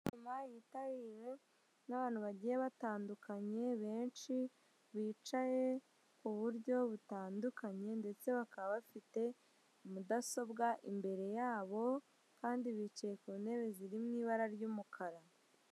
Abagore bagaragara nk'abayobozi bari mu nama, bicaye ku ntebe z'umukara, imbere yabo hari za mudasobwa. Bicaye ku murongo w'uruziga, rufite imirongo itatu.